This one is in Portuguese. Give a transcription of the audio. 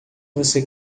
você